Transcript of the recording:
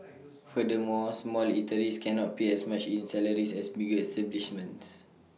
furthermore small eateries cannot pay as much in salaries as bigger establishments